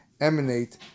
emanate